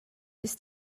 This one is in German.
ist